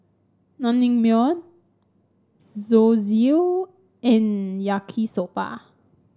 Naengmyeon Zosui and Yaki Soba